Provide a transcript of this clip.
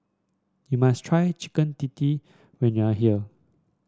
you must try Chicken Tikka when you are here